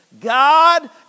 God